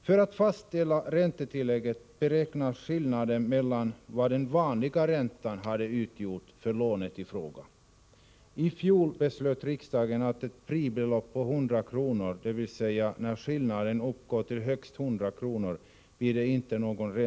För att fastställa räntetillägget beräknas skillnaden till vad den vanliga räntan skulle ha utgjort för lånet i fråga. I fjol beslöt riksdagen om ett fribelopp på 100 kr., dvs. att det inte blir något räntetillägg när skillnaden uppgår till högst 100 kr.